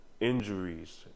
injuries